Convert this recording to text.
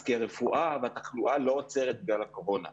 כי הרפואה והתחלואה לא עוצרת בגלל הקורונה.